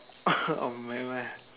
or whatever lah